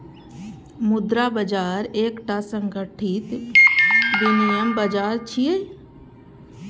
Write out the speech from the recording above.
मुद्रा बाजार एकटा संगठित विनियम बाजार छियै